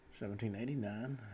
1789